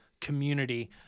community